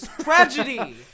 tragedy